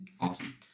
awesome